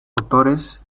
autores